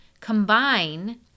combine